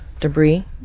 debris